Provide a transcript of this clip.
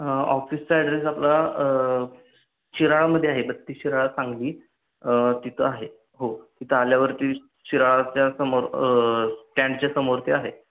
ऑफिसचा ॲड्रेस आपला शिराळामध्ये आहे बत्तीस शिराळा सांगली तिथं आहे हो तिथं आल्यावरती शिराळाच्या समोर स्टँडच्या समोर ते आहे